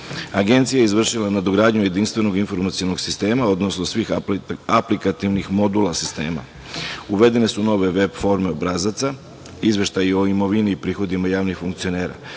Agencija je izvršila nadogradnju jedinstvenog informacionog sistema, odnosno svih aplikativnih modula sistema, uvedene su nove veb-forme obrazaca, Izveštaj o imovini i prihodima javnih funkcionera,